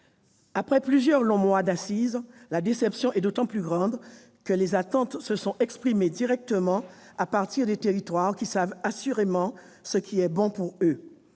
Après plusieurs longs mois d'assises des outre-mer, la déception est d'autant plus grande que les attentes se sont exprimées directement à partir des territoires, qui savent assurément ce qui est bon pour eux.